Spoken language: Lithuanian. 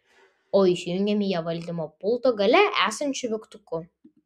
o išjungiami jie valdymo pulto gale esančiu mygtuku